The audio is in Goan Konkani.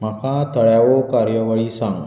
म्हाका थळ्यावो कार्यावळी सांग